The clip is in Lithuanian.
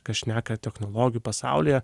ką šneka technologijų pasaulyje